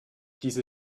diese